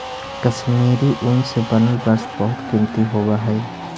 कश्मीरी ऊन से बनल वस्त्र बहुत कीमती होवऽ हइ